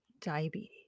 diabetes